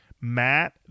Matt